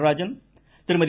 Natarajan Thirumathi